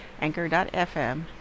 Anchor.fm